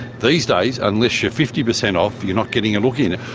these days unless you're fifty percent off you're not getting a look in.